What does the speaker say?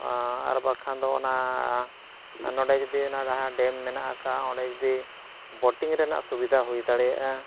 ᱟᱨ ᱵᱟᱝᱠᱷᱟᱱ ᱫᱚ ᱚᱱᱟ ᱟᱨ ᱱᱚᱸᱰᱮ ᱡᱩᱫᱤ ᱰᱮᱢ ᱢᱮᱱᱟᱜ ᱟᱠᱟᱫᱟ ᱚᱸᱰᱮ ᱡᱩᱫᱤ ᱵᱳᱴᱤᱝ ᱨᱮᱱᱟᱜ ᱥᱩᱵᱤᱫᱟ ᱦᱩᱭ ᱫᱟᱲᱮᱭᱟᱜᱼᱟ